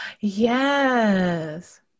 Yes